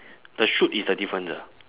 the shoot is the difference ah